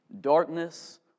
Darkness